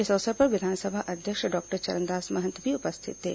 इस अवसर पर विधानसभा अध्यक्ष डॉक्टर चरणदास महंत भी उपस्थित थे